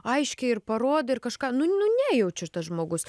aiškiai ir parodo ir kažką nu ne nejaučia tas žmogus